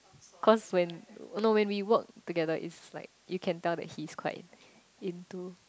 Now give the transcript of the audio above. cause when no when we work together it's like you can tell that he's quite into